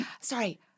sorry